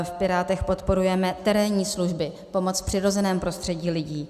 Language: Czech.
V Pirátech podporujeme terénní služby, pomoc v přirozeném prostředí lidí.